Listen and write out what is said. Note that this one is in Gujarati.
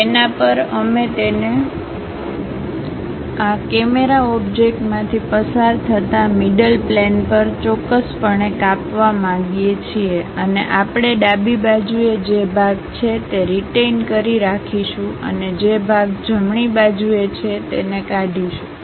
તેના પર અમે તેને આ કેમેરા ઓબ્જેક્ટમાંથી પસાર થતા મિડલ પ્લેન પર ચોક્કસપણે કાપવા માંગીએ છીએ અને આપણે ડાબી બાજુએ જે ભાગ છે તે રીટેઈન કરી રાખીશું અને જે ભાગ જમણી બાજુએ છે તેને કાઢીશું